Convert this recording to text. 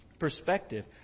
perspective